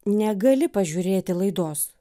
negali pažiūrėti laidos